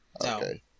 Okay